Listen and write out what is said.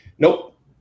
Nope